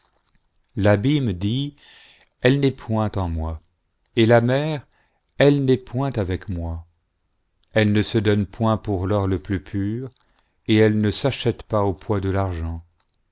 l'abîme dit elle n'est point eu moi et la mer elle n'est point avec moi elle ne se donne point pour l'or le plus pur et elle ne s'achète pas au poids de l'argent